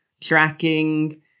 tracking